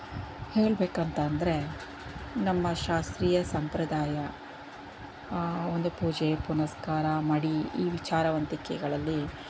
ಹೇಳ್ಬೇಕಂತ ಅಂದರೆ ನಮ್ಮ ಶಾಸ್ತ್ರೀಯ ಸಂಪ್ರದಾಯ ಒಂದು ಪೂಜೆ ಪುನಸ್ಕಾರ ಮಡಿ ಈ ವಿಚಾರವಂತಿಕೆಗಳಲ್ಲಿ